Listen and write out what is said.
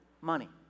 money